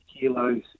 kilos